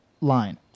line